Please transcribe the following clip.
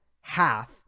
half